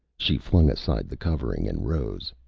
she flung aside the covering and rose.